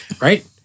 Right